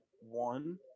One